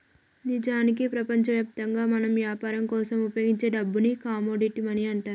నిజానికి ప్రపంచవ్యాప్తంగా మనం యాపరం కోసం ఉపయోగించే డబ్బుని కమోడిటీ మనీ అంటారు